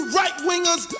right-wingers